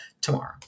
tomorrow